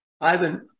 Ivan